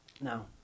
Now